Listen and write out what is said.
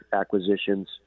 acquisitions